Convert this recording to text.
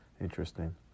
interesting